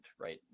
right